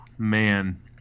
Man